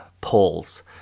polls